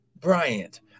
Bryant